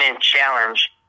challenge